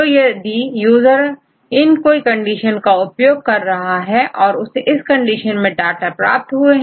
तो यदि यूजर इन कोई कंडीशन को उपयोग कर रहा है या उसे इस कंडीशन के डाटा प्राप्त हुए हैं